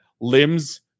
Limbs